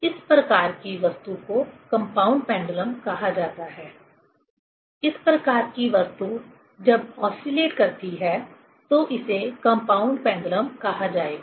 इस प्रकार की वस्तु को कंपाउंड पेंडुलम कहा जाता है इस प्रकार की वस्तु जब ओसीलेट करती है तो इसे कंपाउंड पेंडुलम कहा जाएगा